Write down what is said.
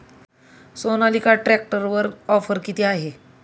सोनालिका ट्रॅक्टरवर ऑफर किती आहे?